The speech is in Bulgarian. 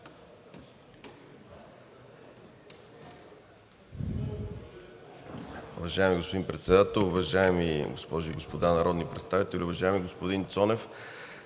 Уважаеми господин Председател, уважаеми дами и господа народни представители, уважаеми дами и